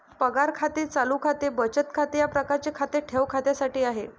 पगार खाते चालू खाते बचत खाते या प्रकारचे खाते ठेव खात्यासाठी आहे